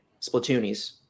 Splatoonies